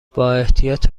بااحتیاط